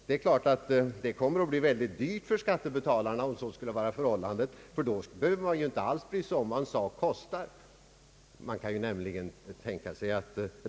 Om så skulle vara förhållandet, kommer det att bli mycket dyrt för skattebetalarna, ty då behöver man ju inte alls bry sig om vad saken kostar.